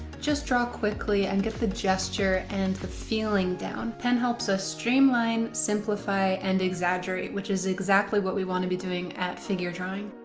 just draw quickly and get the gesture and the feeling down. pen helps us streamline, simplify, and exaggerate, which is exactly what we want to be doing at figure-drawing.